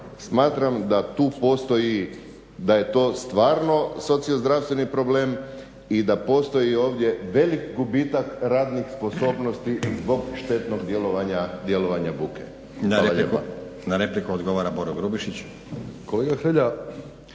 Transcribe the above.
smatram da tu postoji, da je to stvarno sociozdravstveni problem i da postoji ovdje velik gubitak radnih sposobnosti zbog štetnog djelovanja buke. Hvala lijepa. **Stazić,